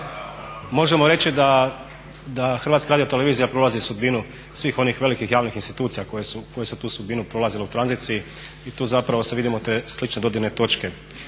Možemo reći da HRT prolazi sudbinu svih onih velikih javnih institucija koje su tu sudbinu prolazile u tranziciji i tu zapravo vidimo te slične dodirne točke.